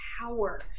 power